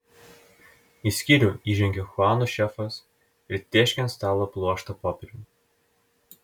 į skyrių įžengė chuano šefas ir tėškė ant stalo pluoštą popierių